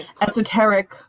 esoteric